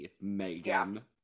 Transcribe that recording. Megan